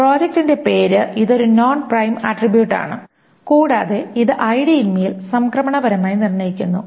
പ്രോജക്റ്റിന്റെ പേര് ഇത് ഒരു നോൺ പ്രൈം ആട്രിബ്യൂട്ടാണ് കൂടാതെ ഇത് ഐഡിയിന്മേൽ സംക്രമണപരമായി നിർണ്ണയിക്കുന്നു